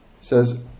says